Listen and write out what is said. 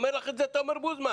אומר לך את זה תומר בוזמן.